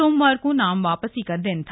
सोमवार को नामांकन वापसी का दिन था